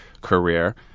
career